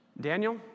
Daniel